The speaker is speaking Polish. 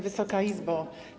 Wysoka Izbo!